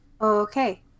Okay